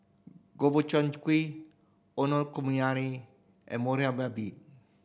Gobchang Gui Okonomiyaki and Monsunabe